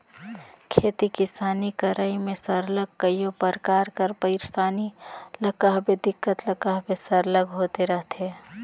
खेती किसानी करई में सरलग कइयो परकार कर पइरसानी ल कहबे दिक्कत ल कहबे सरलग होते रहथे